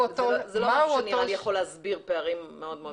זה לא משהו שנראה לי שיכול להסביר פערים מאוד מאוד גדולים.